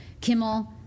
Kimmel